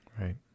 right